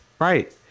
Right